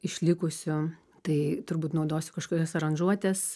išlikusių tai turbūt naudosiu kažkokias aranžuotes